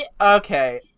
Okay